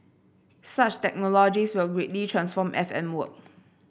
such technologies will greatly transform F M work